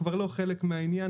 כבר לא חלק מהעניין,